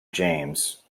james